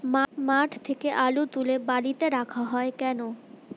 মাঠ থেকে আলু তুলে বালিতে রাখা হয় কেন?